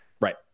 Right